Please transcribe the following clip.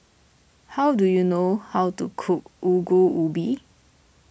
how do you know how to cook Ongol Ubi